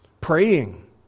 Praying